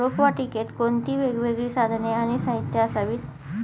रोपवाटिकेत कोणती वेगवेगळी साधने आणि साहित्य असावीत?